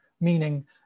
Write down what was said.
meaning